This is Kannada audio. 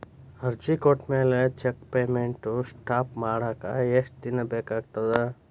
ಅರ್ಜಿ ಕೊಟ್ಮ್ಯಾಲೆ ಚೆಕ್ ಪೇಮೆಂಟ್ ಸ್ಟಾಪ್ ಮಾಡಾಕ ಎಷ್ಟ ದಿನಾ ಬೇಕಾಗತ್ತಾ